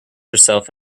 herself